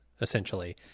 essentially